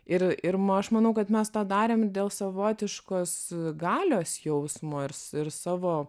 ir ir aš manau kad mes tą darėm dėl savotiškos galios jausmo irs ir savo